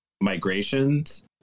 migrations